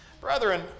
Brethren